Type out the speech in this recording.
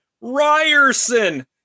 Ryerson